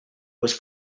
was